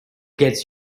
gets